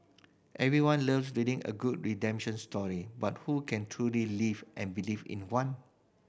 everyone love reading a good redemption story but who can truly live and believe in one